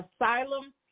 asylum